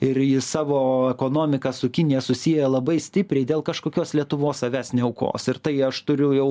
ir į savo ekonomiką su kinija susiję labai stipriai dėl kažkokios lietuvos savęs neaukos ir tai aš turiu jau